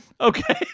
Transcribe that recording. okay